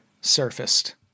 surfaced